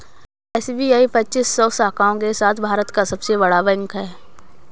SBI पच्चीस सौ शाखाओं के साथ भारत का सबसे बड़ा बैंक है